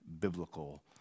biblical